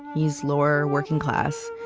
he is lower, working class,